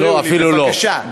לא, אפילו לא.